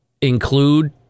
include